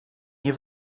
nie